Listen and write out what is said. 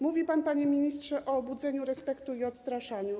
Mówi pan, panie ministrze, o budzeniu respektu i odstraszaniu.